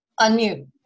Unmute